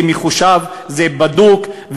זה מחושב, זה בדוק.